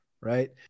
right